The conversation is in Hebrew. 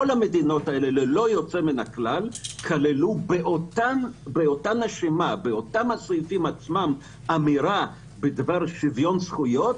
כל המדינות האלו כללו באותם הסעיפים עצמם אמירה בדבר שוויון זכויות,